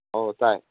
ꯑꯣ ꯇꯥꯏ